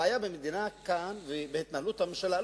הבעיה במדינה כאן ובהתנהלות הממשלה,